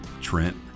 Trent